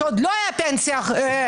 שעוד לא הייתה פנסיה לכולם.